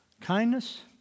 kindness